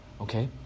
Okay